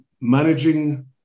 Managing